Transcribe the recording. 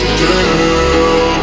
girl